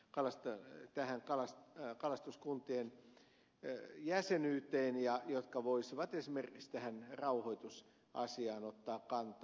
kalastaja tähän talous ja kuuluisivat kalastuskuntien jäsenyyteen ja jotka voisivat esimerkiksi tähän rauhoitusasiaan ottaa kantaa